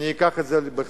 אני אביא את זה בחשבון,